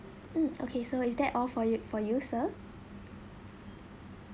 mm okay so is that all for you for you sir